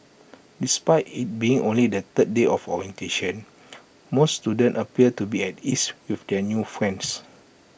despite IT being only the third day of orientation most students appeared to be at ease with their new friends